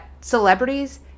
celebrities